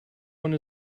one